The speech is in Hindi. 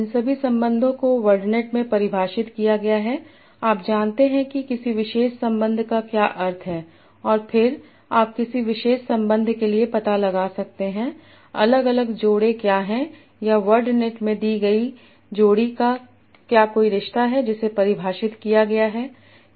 इन सभी संबंधों को वर्डनेट में परिभाषित किया गया है आप जानते हैं कि किसी विशेष संबंध का क्या अर्थ है और फिर आप किसी विशेष संबंध के लिए पता लगा सकते हैं अलग अलग जोड़े क्या हैं या वर्डनेट में दी गई जोड़ी क्या कोई रिश्ता है जिसे परिभाषित किया गया है